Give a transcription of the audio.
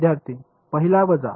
विद्यार्थीः पहिला वजा